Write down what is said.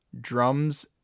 drums